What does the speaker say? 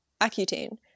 Accutane